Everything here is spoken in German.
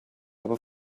aber